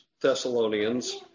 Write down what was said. Thessalonians